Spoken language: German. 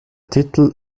titel